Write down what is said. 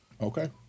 Okay